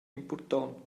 impurtont